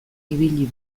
ibili